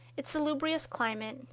its salubrious climate,